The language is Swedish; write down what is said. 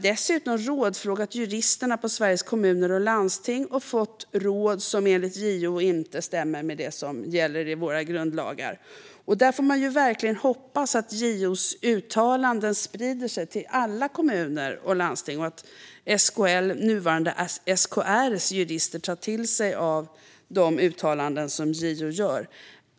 Dessutom hade juristerna på Sveriges Kommuner och Landsting rådfrågats och gett råd som enligt JO inte stämmer med det som gäller enligt våra grundlagar. Vi får verkligen hoppas att JO:s uttalanden sprider sig till alla kommuner och landsting och att juristerna på SKL, nuvarande SKR, tar till sig de uttalanden som JO gör.